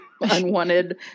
unwanted